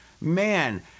Man